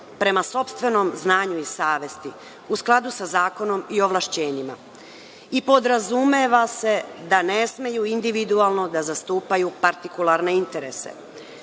prema sopstvenom znanju i savesti, u skladu sa zakonom i ovlašćenjima. Podrazumeva se da smeju individualno da zastupaju partikularne interese.